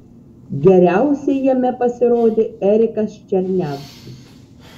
geriausiai jame pasirodė erikas černiavskis